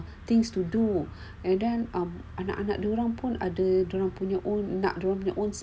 things to do and then um anak-anak dia orang pun ada pun nak dia orang punya